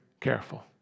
careful